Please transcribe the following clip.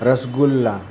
rasgulla